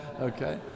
Okay